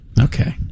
Okay